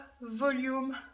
volume